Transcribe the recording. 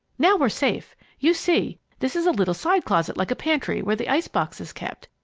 now we're safe! you see, this is a little side-closet like a pantry, where the ice-box is kept.